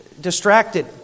distracted